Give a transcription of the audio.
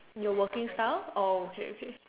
your working style or is that okay